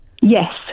Yes